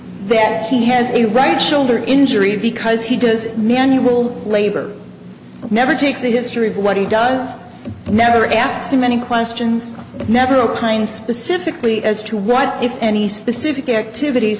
that he has a right shoulder injury because he does manual labor never takes a history of what he does and never asks him any questions never all kinds specifically as to what if any specific activities